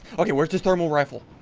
okay, where's this thermal rifle?